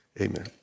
Amen